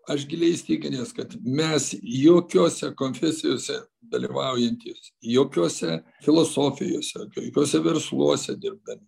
aš giliai įsitikinęs kad mes jokiose konfesijose dalyvaujantys jokiuose filosofijose jokiuose versluose dirbdami